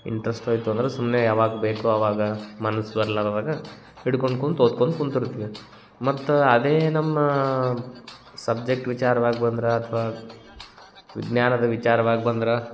interest ಹೋಯಿತು ಅಂದ್ರೆ ಸುಮ್ಮನೆ ಯಾವಾಗ ಬೇಕೋ ಅವಾಗ ಮನಸ್ಸು ಬರ್ಲಾವಾಗ ಹಿಡ್ಕೊಂಡು ಕುಂತು ಓದ್ಕೊಂತ ಕುಂತಿರ್ತೀವಿ ಮತ್ತು ಅದೇ ನಮ್ಮ ಸಬ್ಜೆಕ್ಟ್ ವಿಚಾರವಾಗಿ ಬಂದ್ರೆ ಅಥವಾ ವಿಜ್ಞಾನದ ವಿಚಾರವಾಗಿ ಬಂದ್ರೆ